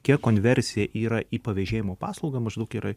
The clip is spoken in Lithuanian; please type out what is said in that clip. kiek konversija yra į pavežėjimo paslaugą maždaug yra